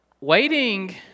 waiting